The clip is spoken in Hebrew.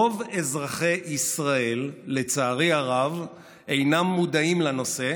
רוב אזרחי ישראל, לצערי הרב, אינם מודעים לנושא,